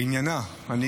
עניינה של הצעת החוק,